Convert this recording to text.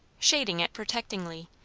shading it protectingly,